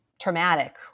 traumatic